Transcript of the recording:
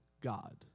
God